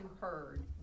heard